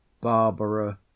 Barbara